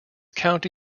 county